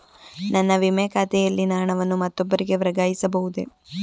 ನನ್ನ ವಿಮೆ ಖಾತೆಯಲ್ಲಿನ ಹಣವನ್ನು ಮತ್ತೊಬ್ಬರಿಗೆ ವರ್ಗಾಯಿಸ ಬಹುದೇ?